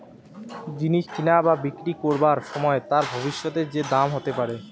জিনিস কিনা বা বিক্রি করবার সময় তার ভবিষ্যতে যে দাম হতে পারে